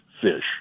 fish